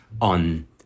on